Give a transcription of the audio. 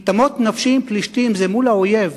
כי "תמות נפשי עם פלשתים" זה מול האויב,